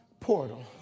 portal